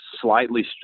slightly